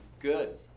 Good